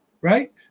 right